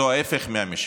זה ההפך ממשילות.